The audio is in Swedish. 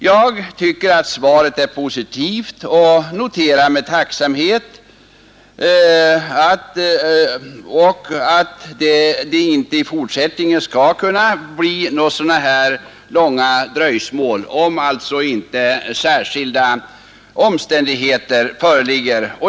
Jag tycker emellertid att svaret är positivt och noterar med tacksamhet att det inte i fortsättningen skall kunna uppstå så långa dröjsmål som i detta fall, om inte särskilda omständigheter föreligger.